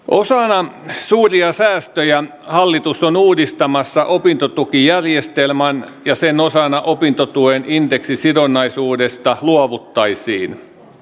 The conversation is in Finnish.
osana suuria säästöjä hallitus on uudistamassa opintotukijärjestelmän ja sen osana opintotuen indeksisidonnaisuudesta luovuttaisiin